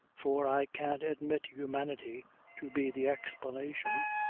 for i can't admit humanity to be the explanation.